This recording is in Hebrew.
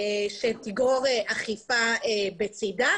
שתגרור אכיפה בצדה.